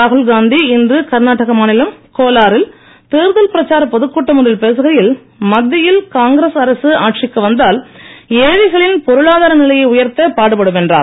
ராகுல்காந்தி இன்று கர்நாடக மாநிலம் கோலாரில் தேர்தல் பிரச்சார பொதுக் கூட்டம் ஒன்றில் பேசுகையில் மத்தியில் காங்கிரஸ் அரசு ஆட்சிக்கு வந்தால் ஏழைகளின் பொருளாதார நிலையை உயர்த்த பாடுபடும் என்றார்